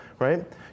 Right